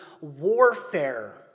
warfare